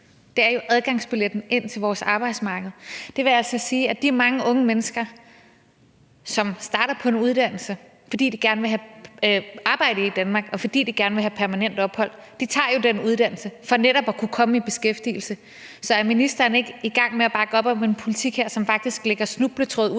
Det er jo adgangsbilletten ind til vores arbejdsmarked. Det vil altså sige, at de mange unge mennesker, som starter på en uddannelse, fordi de gerne vil have et arbejde i Danmark, og fordi de gerne vil have permanent ophold, jo tager den uddannelse for netop at kunne komme i beskæftigelse. Så er ministeren ikke her i gang med at bakke op om en politik, som faktisk spænder snubletråde ud